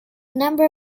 number